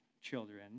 children